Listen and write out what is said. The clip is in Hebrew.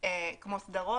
כמו סדרות,